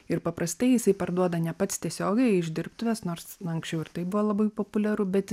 ir paprastai jisai parduoda ne pats tiesiogiai iš dirbtuvės nors anksčiau ir tai buvo labai populiaru bet